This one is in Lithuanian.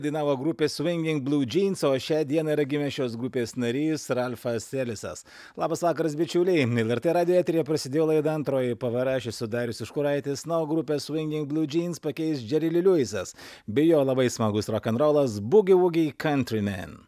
dainavo grupė svinging bliu džeans o šią dieną yra gimęs šios grupės narys ralfas selisas labas vakaras bičiuliai lrt radijo eteryje prasidėjo laida antroji pavara aš esu darius užkuraitis na o grupę svinging bliu džeans pakeis džeri li liuisas bei jo labai smagus rokenrolas bugivugi kautry men